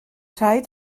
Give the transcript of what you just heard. rhaid